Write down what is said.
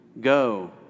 Go